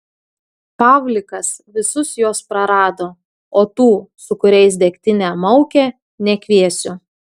pavlikas visus juos prarado o tų su kuriais degtinę maukė nekviesiu